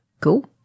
Cool